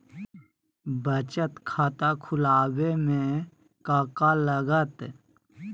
बचत खाता खुला बे में का का लागत?